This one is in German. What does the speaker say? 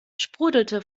sprudelte